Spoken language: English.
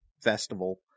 festival